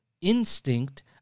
instinct